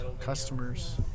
customers